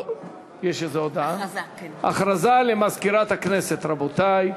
הודעה למזכירת הכנסת, רבותי.